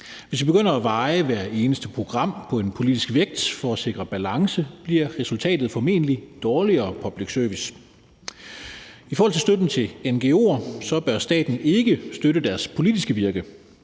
hvis vi begynder at veje hvert eneste program på en politisk vægt for at sikre balance, bliver resultatet formentlig dårligere public service. I forhold til støtten til ngo'er bør staten ikke støtte deres politiske virke.